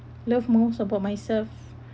love most about myself